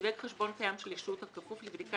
סיווג חשבון קיים של ישות הכפוף לבדיקה